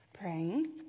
Praying